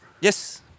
Yes